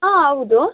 ಆಂ ಹೌದು